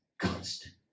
constant